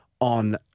on